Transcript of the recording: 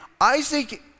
Isaac